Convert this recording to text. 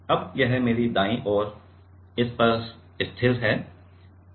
अब यह मेरे दायीं ओर इस पर स्थिर है